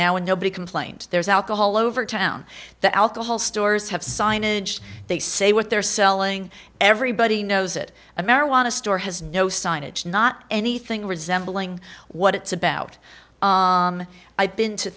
now and nobody complained there's alcohol over town the alcohol stores have signage they say what they're selling everybody knows it a marijuana store has no signage not anything resembling what it's about i've been to